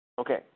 Okay